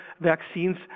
vaccines